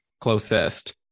closest